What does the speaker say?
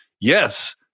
yes